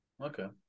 okay